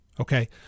Okay